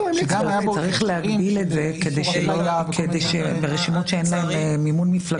היה צריך להגביל את זה כדי שרשימות שאין להן מימון מפלגות,